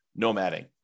nomading